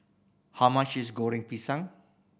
how much is Goreng Pisang